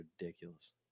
ridiculous